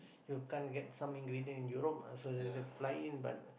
you can't get some ingredient in Europe uh so they they fly in but